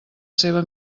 seva